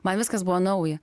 man viskas buvo nauja